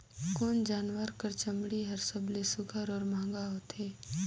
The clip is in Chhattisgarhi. कोन जानवर कर चमड़ी हर सबले सुघ्घर और महंगा होथे?